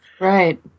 Right